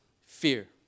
fear